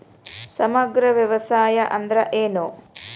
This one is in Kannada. ಸಮಗ್ರ ವ್ಯವಸಾಯ ಅಂದ್ರ ಏನು?